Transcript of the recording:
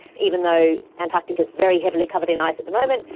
even though antarctica is very heavily covered in ice at the moment,